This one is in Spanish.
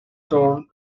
thorne